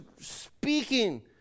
speaking